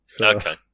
Okay